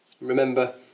Remember